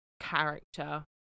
character